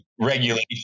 regulation